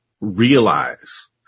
realize